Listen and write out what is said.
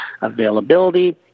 availability